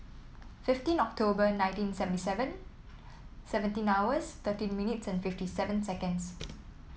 fifteen October nineteen seventy seven seventeen hours thirteen minutes and fifty seven seconds